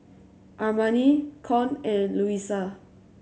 Armani Con and Luisa